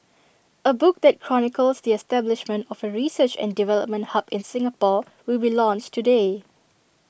A book that chronicles the establishment of A research and development hub in Singapore will be launched today